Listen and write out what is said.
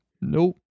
nope